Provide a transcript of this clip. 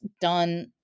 done